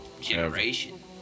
generation